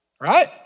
right